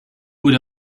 would